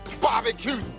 barbecue